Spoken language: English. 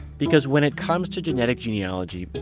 because when it comes to genetic genealogy, but